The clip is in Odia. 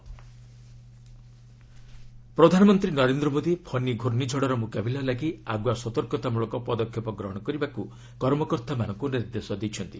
ପିଏମ୍ ସାଇକ୍ଲୋନ୍ ପ୍ରଧାନମନ୍ତ୍ରୀ ନରେନ୍ଦ୍ର ମୋଦି 'ଫନୀ' ଗ୍ରୁର୍ଷିଝଡ଼ର ମୁକାବିଲା ଲାଗି ଆଗୁଆ ସତର୍କତାମଳକ ପଦକ୍ଷେପ ଗ୍ରହଣ କରିବାକୁ କର୍ମକର୍ତ୍ତାମାନଙ୍କୁ ନିର୍ଦ୍ଦେଶ ଦେଇଛନ୍ତି